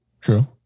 True